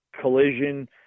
collision